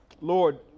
Lord